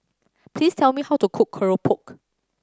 please tell me how to cook keropok